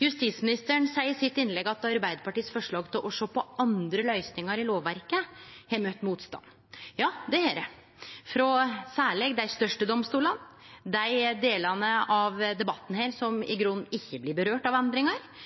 Justisministeren seier i innlegget sitt at forslaget frå Arbeidarpartiet om å sjå på andre løysingar i lovverket har møtt motstand. Ja, det har det, særleg frå dei største domstolane, dei delane av debatten her som i grunnen ikkje blir rørte av